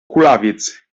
kulawiec